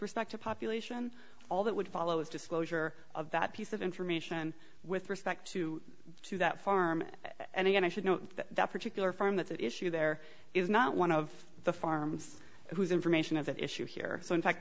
respect to population all that would follow is disclosure of that piece of information with respect to to that farm and again i should know that that particular farm that's at issue there is not one of the farms who's information of that issue here so i